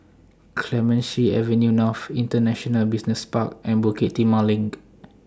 Clemenceau Avenue North International Business Park and Bukit Timah LINK